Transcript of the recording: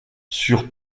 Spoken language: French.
sur